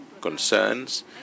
concerns